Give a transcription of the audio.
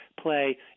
play